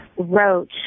Wrote